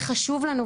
וחשוב לנו,